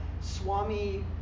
swami